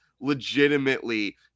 legitimately